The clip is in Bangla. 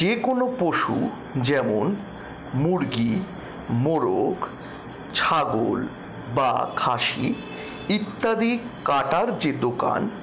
যে কোনো পশু যেমন মুরগী মোরগ ছাগল বা খাসি ইত্যাদি কাটার যে দোকান